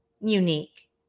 unique